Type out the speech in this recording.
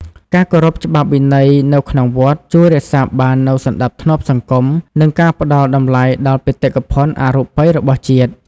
ការគោរពច្បាប់វិន័យនៅក្នុងវត្ត ជួយរក្សាបាននូវសណ្តាប់ធ្នាប់សង្គម និងការផ្តល់តម្លៃដល់បេតិកភណ្ឌអរូបីរបស់ជាតិ។